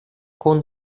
kun